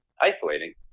isolating